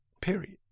Period